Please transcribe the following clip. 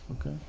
Okay